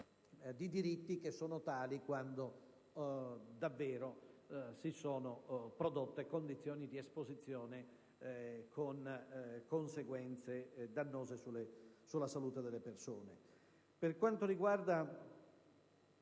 Per quanto riguarda